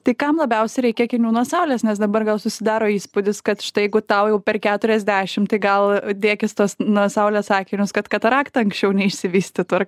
tai kam labiausiai reikia akinių nuo saulės nes dabar gal susidaro įspūdis kad štai jeigu tau jau per keturiasdešim tai gal dėkis tuos nuo saulės akinius kad katarakta anksčiau neišsivystytų ar